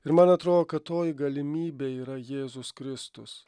ir man atro kad toji galimybė yra jėzus kristus